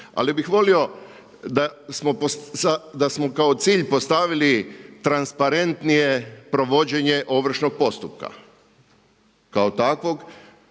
Ali bih volio da smo kao cilj postavili transparentnije provođenje ovršnog postupka kao takvog